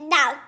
Now